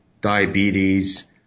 diabetes